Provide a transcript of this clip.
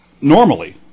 normally